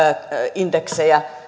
indeksejä